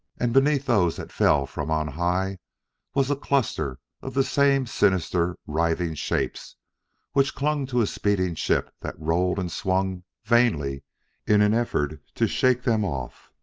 and beneath those that fell from on high was a cluster of the same sinister, writhing shapes which clung to a speeding ship that rolled and swung vainly in an effort to shake them off.